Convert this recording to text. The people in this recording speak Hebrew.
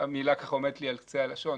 המילה ככה עומדת לי על קצה הלשון,